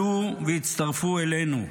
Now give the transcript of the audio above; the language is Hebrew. עלו והצטרפו אלינו,